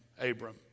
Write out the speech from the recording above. Abram